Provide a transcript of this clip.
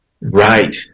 right